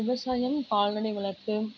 விவசாயம் கால்நடை வளர்ப்பு